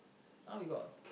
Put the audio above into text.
now you got